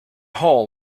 hall